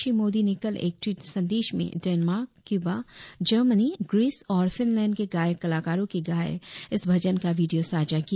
श्री मोदी ने क ल ए क ट्वीट संदेश में डेनमार्क क्यूबा जर्मनी ग्रीस और फिनलैंड के गायक कलाकारों के गाये इ स भ ज न का वीडियो साझा किया